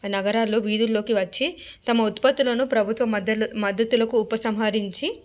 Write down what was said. నగరాలు వీధుల్లోకి వచ్చి తమ ఉత్పత్తులను ప్రభుత్వ మద్దలు మద్ధతులకు ఉపసంహరించి